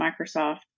Microsoft